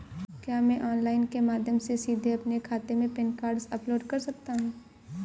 क्या मैं ऑनलाइन के माध्यम से सीधे अपने खाते में पैन कार्ड अपलोड कर सकता हूँ?